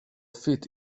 fit